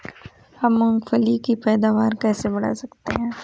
हम मूंगफली की पैदावार कैसे बढ़ा सकते हैं?